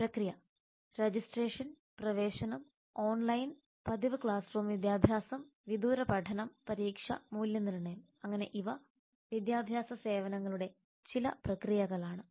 പ്രക്രിയ രജിസ്ട്രേഷൻ പ്രവേശനം ഓൺലൈൻ പതിവ് ക്ലാസ് റൂം വിദ്യാഭ്യാസം വിദൂര പഠനം പരീക്ഷ മൂല്യനിർണ്ണയം അങ്ങനെ ഇവ വിദ്യാഭ്യാസ സേവനങ്ങളുടെ ചില പ്രക്രിയകളാണ്